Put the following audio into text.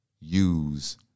use